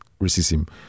racism